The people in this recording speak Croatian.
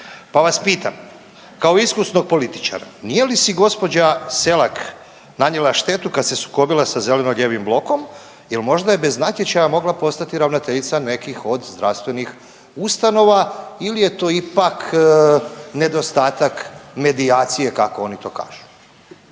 Pa vas pitam kao iskusnog političara nije li si gospođa Selak nanijela štetu kad se sukobila sa Zeleno-lijevim blokom jer možda je bez natječaja mogla postati ravnateljica nekih od zdravstvenih ustanova ili je to ipak nedostatak medijacije kako oni to kažu.